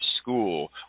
school